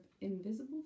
invisible